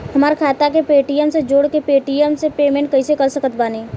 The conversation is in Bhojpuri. हमार खाता के पेटीएम से जोड़ के पेटीएम से पेमेंट कइसे कर सकत बानी?